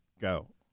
Go